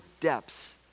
depths